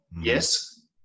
Yes